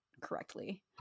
correctly